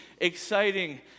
exciting